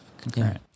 concurrent